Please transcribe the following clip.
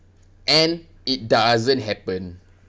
and it doesn't happen